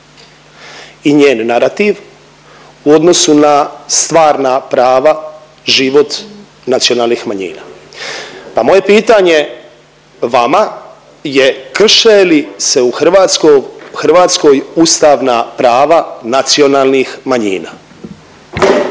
i njen narativ u odnosu na stvarna prava, život nacionalnih manjina. Pa moje pitanje vama je krše li se u Hrvatskoj ustavna prava nacionalnih manjina?